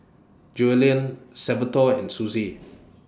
Joellen Salvatore and Suzie